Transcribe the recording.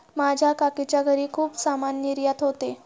माझ्या काकीच्या घरी खूप सामान निर्यात होते